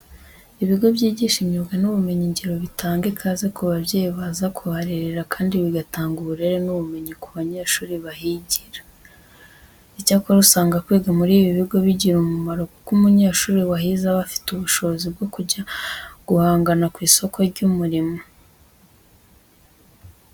Ibigo byigisha imyuga n'ubumenyingiro bitanga ikaze ku babyeyi baza kuharerera kandi bigatanga uburere n'ubumenyi ku banyeshuri bahigira. Icyakora, usanga kwiga muri ibi bigo bigira umumaro kuko umunyeshuri wahize aba afite ubushobozi bwo kujya guhangana ku isoko ry'umurimo.